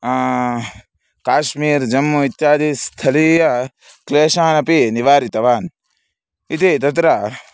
काश्मीर् जम्मु इत्यादि स्थलीय क्लेशान् अपि निवारितवान् इति तत्र